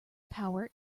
power